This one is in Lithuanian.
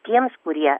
tiems kurie